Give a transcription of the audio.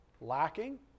lacking